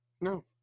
No